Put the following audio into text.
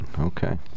Okay